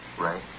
Right